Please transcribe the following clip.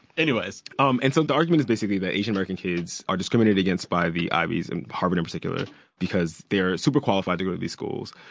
anyways um and so the argument is basically that asian-american kids are discriminated against by the ivies and harvard in particular because they're super-qualified to go to these schools.